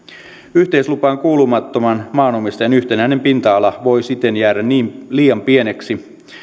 yhteislupaan kuulumattoman maanomistajan yhtenäinen pinta ala voi siten jäädä liian pieneksi